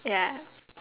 ya